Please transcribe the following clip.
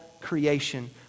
creation